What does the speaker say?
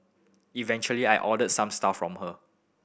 eventually I ordered some stuff from her